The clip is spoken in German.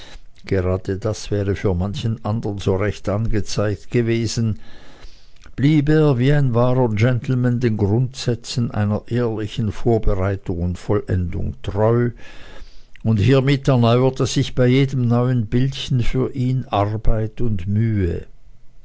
gerade das wäre für manchen andern so recht angezeigt gewesen blieb er wie ein wahrer gentleman den grundsätzen einer ehrlichen vorbereitung und vollendung getreu und hiemit erneuerte sich bei jedem neuen bildchen für ihn arbeit und mühe